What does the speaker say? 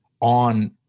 on